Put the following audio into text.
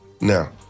now